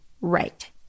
Right